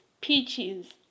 peaches